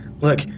look